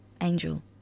angel